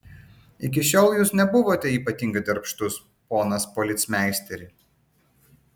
iki šiol jūs nebuvote ypatingai darbštus ponas policmeisteri